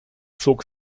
zog